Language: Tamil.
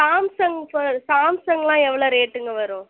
சாம்சங் சாம்சங்கெலாம் எவ்வளோ ரேட்டுங்க வரும்